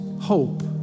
hope